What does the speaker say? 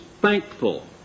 thankful